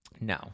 no